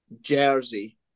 jersey